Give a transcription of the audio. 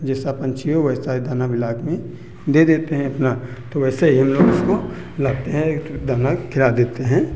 जैसा पंछी हो वैसा ही दाना ब्लाक में दे देते हैं अपना तो वैसे ही हम लोग उसको लाते हैं एक ठो दाना खिला देते हैं